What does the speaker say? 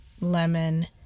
lemon